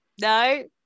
No